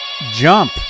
Jump